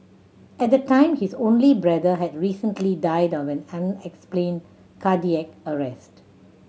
at the time his only brother had recently died of an unexplained cardiac arrest